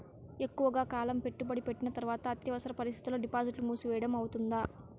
ఎక్కువగా కాలం పెట్టుబడి పెట్టిన తర్వాత అత్యవసర పరిస్థితుల్లో డిపాజిట్లు మూసివేయడం అవుతుందా?